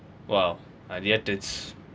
!wow! and yet it's